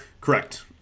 Correct